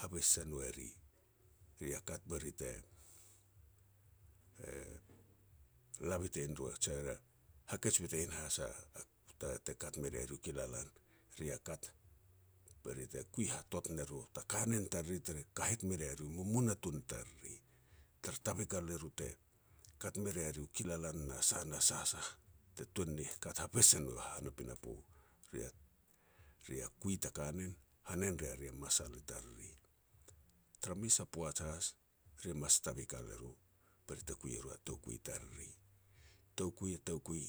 habes se nou eri, eri ia kat be ri te e la bitein ru je hakej bitein has te kat me rea ri u kilalan. Ri ia kat be ri te kui hatot ne ru ta kanen tariri te kahet me rea ri mumunatun tariri. Le tavikal e ru te kat me rea ri u kilalan na sah, na sah, sah te tuan ni kat ha bes e na hana a pinapo. Ri ia-ri ia kui ta kanen hanen rea ri a masal i tariri. Tara mes a poaj has, ri mas tavikal e ru, be ri te kui ru a toukui tariri. Toukui, toukui